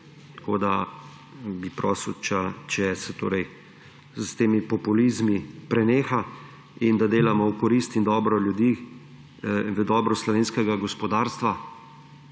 Tako bi prosil, če s temi populizmi preneha in da delamo v korist in dobro ljudi, v dobro slovenskega gospodarstva,